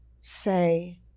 say